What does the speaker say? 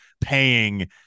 paying